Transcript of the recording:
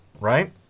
right